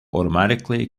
automatically